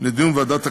לדיון בוועדת הכספים.